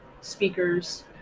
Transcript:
speakers